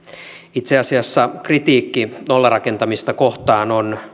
itse asiassa kritiikki nollarakentamista kohtaan on